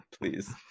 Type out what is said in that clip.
Please